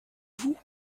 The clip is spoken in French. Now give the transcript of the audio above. vous